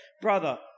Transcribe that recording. brother